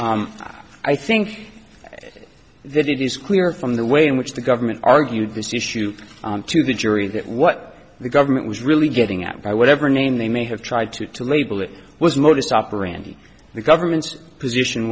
d i think that it is clear from the way in which the government argued this issue to the jury that what the government was really getting at by whatever name they may have tried to to label it was modus operandi the government's position